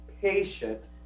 patient